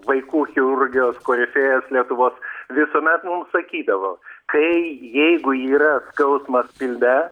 vaikų chirurgijos korifėjus lietuvos visuomet mum sakydavo kai jeigu yra skausmas pilve